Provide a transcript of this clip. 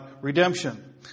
redemption